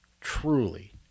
truly